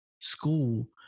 school